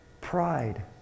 Pride